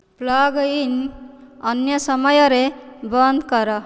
plug in ଅନ୍ୟ ସମୟରେ ବନ୍ଦ କର